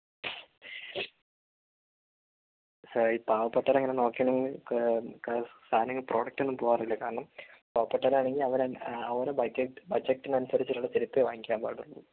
sir ഈ പാവപ്പെട്ടവരെ ഇങ്ങനെ നോക്കി സാധനങ്ങൾ പ്രൊഡക്റ്റോന്നും പോകാറില്ല കാരണം പാവപ്പെട്ടവനാണെകിൽ അവനു ബജ ബജറ്റിനനുസരിച്ചുള്ള ചെരുപ്പേ വാങ്ങിക്കാൻ പാടുള്ളു